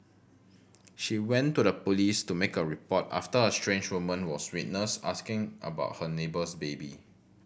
she went to the police to make a report after a strange woman was witnessed asking about her neighbour's baby